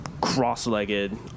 cross-legged